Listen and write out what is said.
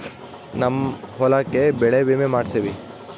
ನಮ್ ಹೊಲಕ ಬೆಳೆ ವಿಮೆ ಮಾಡ್ಸೇವಿ